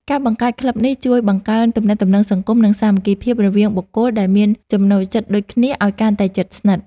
ការបង្កើតក្លឹបនេះ ជួយបង្កើនទំនាក់ទំនងសង្គម និងសាមគ្គីភាពរវាងបុគ្គលដែលមានចំណូលចិត្តដូចគ្នាឱ្យកាន់តែជិតស្និទ្ធ។